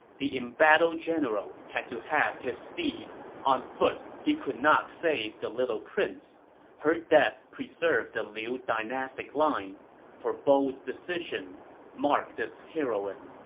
the embattled general had to have his steed on foot he could not save the little prince her death preserved the liu dynastic line for bold decision mark this heroine